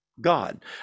God